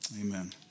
amen